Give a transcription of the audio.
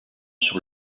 sur